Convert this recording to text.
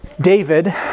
David